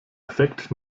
effekt